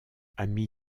ami